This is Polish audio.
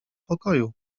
pokoju